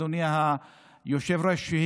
אדוני היושב-ראש,